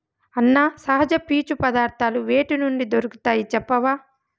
అన్నా, సహజ పీచు పదార్థాలు వేటి నుండి దొరుకుతాయి చెప్పవా